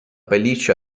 pelliccia